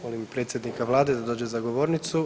Molim predsjednika vlade da dođe za govornicu.